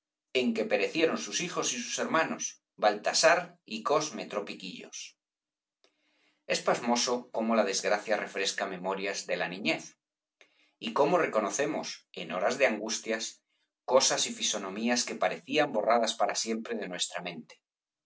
en que perecieron sus hijos y sus hermanos baltasar y cosme tropiquillos es pasmoso cómo la desgracia refresca memorias de la niñez y cómo reconocemos en horas de angustias cosas y fisonomías que parecían borradas para siempre de nuestra mente